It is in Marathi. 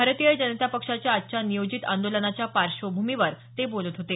भारतीय जनता पक्षाच्या आजच्या नियोजित आंदोलनाच्या पार्श्वभूमीवर ते बोलत होते